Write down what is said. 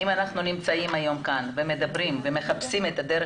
אם אנחנו נמצאים היום כאן ומדברים ומחפשים דרך